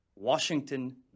Washington